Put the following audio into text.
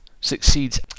succeeds